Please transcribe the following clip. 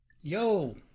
Yo